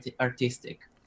artistic